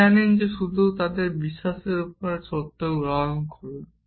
আপনি জানেন শুধু তাদের বিশ্বাসের উপর সত্য হতে গ্রহণ করুন